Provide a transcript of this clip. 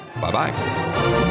Bye-bye